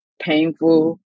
painful